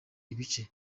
ibice